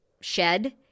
shed